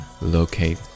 locate